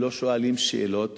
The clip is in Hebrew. לא שואלים שאלות